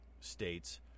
states